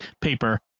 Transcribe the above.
paper